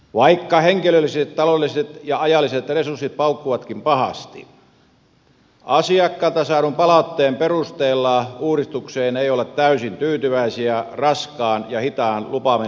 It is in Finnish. vaikka henkilölliset taloudelliset ja ajalliset resurssit paukkuvatkin pahasti asiakkailta saadun palautteen perusteella uudistukseen ei olla täysin tyytyväisiä raskaan ja hitaan lupamenettelyn osalta